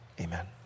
Amen